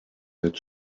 that